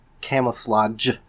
Camouflage